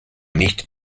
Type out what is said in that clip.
nicht